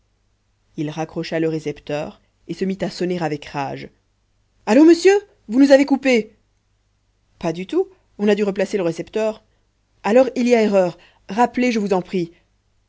il raccrocha le récepteur et se mit à sonner avec rage allô monsieur vous nous avez coupés pas du tout on a dû replacer le récepteur alors il y a erreur rappelez je vous en prie